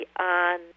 on